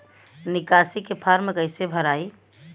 निकासी के फार्म कईसे भराई?